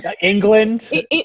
England